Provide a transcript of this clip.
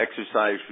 exercise